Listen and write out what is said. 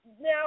now